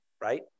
right